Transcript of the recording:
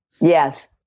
Yes